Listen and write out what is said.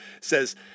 says